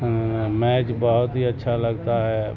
match بہت ہی اچھا لگتا ہے